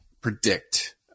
predict